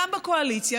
גם בקואליציה,